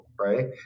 right